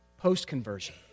post-conversion